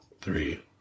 three